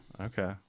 Okay